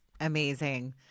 amazing